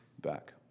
back